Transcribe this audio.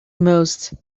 most